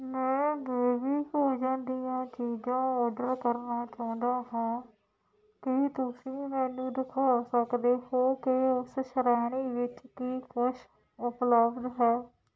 ਮੈਂ ਬੇਬੀ ਭੋਜਨ ਦੀਆਂ ਚੀਜ਼ਾਂ ਔਡਰ ਕਰਨਾ ਚਾਹੁੰਦਾ ਹਾਂ ਕੀ ਤੁਸੀਂ ਮੈਨੂੰ ਦਿਖਾ ਸਕਦੇ ਹੋ ਕਿ ਉਸ ਸ਼੍ਰੇਣੀ ਵਿੱਚ ਕੀ ਕੁਛ ਉਪਲਬਧ ਹੈ